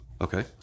Okay